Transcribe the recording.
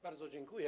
Bardzo dziękuję.